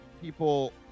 people